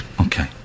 Okay